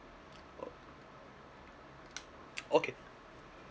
okay